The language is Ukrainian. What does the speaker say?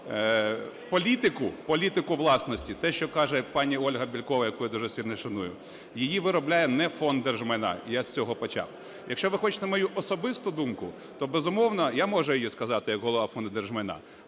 Політику, політику власності - те, що каже пані Ольга Бєлькова, яку я дуже сильно шаную, - її виробляє не Фонд держмайна. Я з цього почав. Якщо ви хочете мою особисту думку, то, безумовно, я можу її сказати як Голова Фонду держмайна.